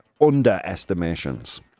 underestimations